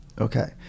Okay